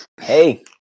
Hey